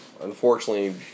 unfortunately